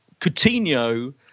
Coutinho